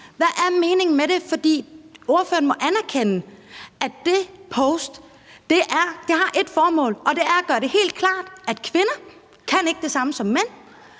Hvad er meningen med det? For ordføreren må anerkende, at det opslag har ét formål, og det er at gøre det helt klart, at kvinder ikke kan det samme som mænd,